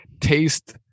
taste